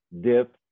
dip